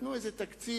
נתנו איזה תקציב,